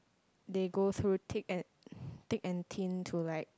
they go through thick and thick and thin to like